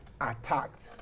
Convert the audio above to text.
attacked